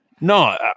no